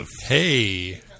Hey